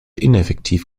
ineffektiv